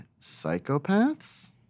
psychopaths